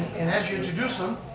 and as you introduce them,